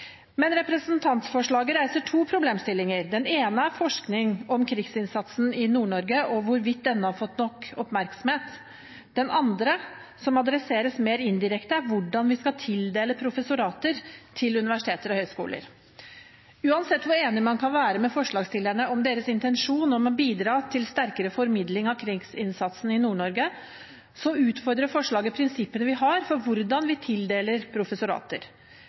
Men representantforslaget reiser to problemstillinger. Den ene er forskning om krigsinnsatsen i Nord-Norge og hvorvidt denne har fått nok oppmerksomhet. Den andre, som adresseres mer indirekte, er hvordan vi skal tildele professorater til universiteter og høyskoler. Uansett hvor enig man kan være med forslagsstillerne i deres intensjon om å bidra til sterkere formidling av krigsinnsatsen i Nord-Norge, utfordrer forslaget prinsippene vi har for hvordan vi tildeler professorater.